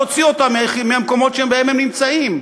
להוציא אותם מהמקומות שבהם הם נמצאים?